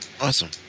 Awesome